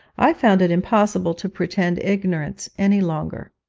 i found it impossible to pretend ignorance any longer.